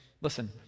listen